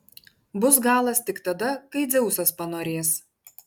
bus galas tik tada kai dzeusas panorės